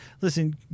listen